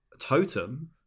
totem